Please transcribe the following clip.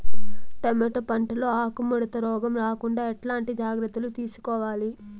Tomato పంట లో ఆకు ముడత రోగం రాకుండా ఎట్లాంటి జాగ్రత్తలు తీసుకోవాలి?